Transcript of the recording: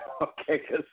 Okay